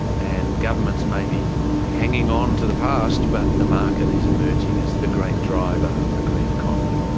and governments may be hanging on to the past but the market is emerging as the great driver of the green economy.